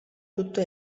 tutto